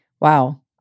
Wow